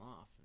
off